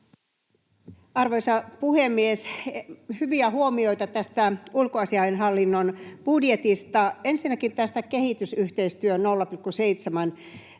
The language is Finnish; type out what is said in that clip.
Arvoisa puhemies! Hyviä huomioita tästä ulkoasiainhallinnon budjetista. Ensinnäkin tästä kehitysyhteistyön 0,7:n